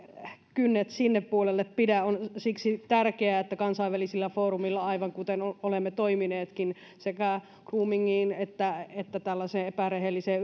kynnet sinne puolelle pidä on siksi tärkeää että kansainvälisillä foorumeilla aivan kuten olemme toimineetkin sekä groomingiin että että tällaiseen epärehelliseen